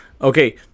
Okay